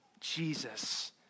Jesus